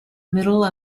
middle